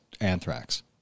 anthrax